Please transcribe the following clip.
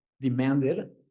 demanded